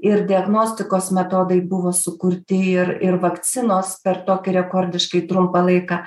ir diagnostikos metodai buvo sukurti ir ir vakcinos per tokį rekordiškai trumpą laiką